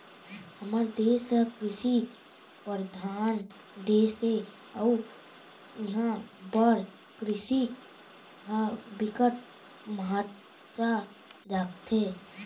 हमर देस ह कृषि परधान देस हे अउ इहां बर कृषि ह बिकट महत्ता राखथे